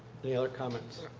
any other comments?